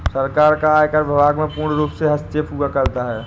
सरकार का आयकर विभाग में पूर्णरूप से हस्तक्षेप हुआ करता है